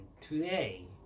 today